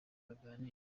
baganire